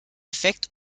defekt